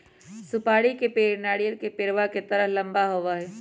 सुपारी के पेड़ नारियल के पेड़वा के तरह लंबा होबा हई